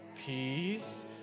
peace